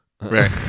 Right